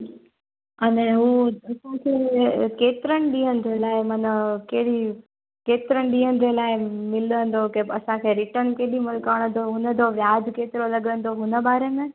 अलाए उहो असांखे केतरन ॾींहंनि जे लाइ माना कहिड़ी केतरनि ॾींहन ॼे लाइ मिलंदो के असांखे रिटन केॾी महिल करण जो हुनजो ब्याज़ केतिरो लॻंदो हुन बारे में